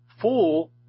fool